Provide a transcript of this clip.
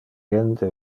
gente